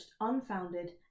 unfounded